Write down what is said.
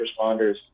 responders